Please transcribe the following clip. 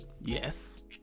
yes